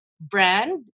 brand